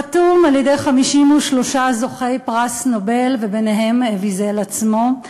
חתום על-ידי 53 זוכי פרס נובל, וביניהם ויזל עצמו,